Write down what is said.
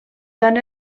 tant